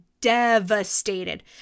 devastated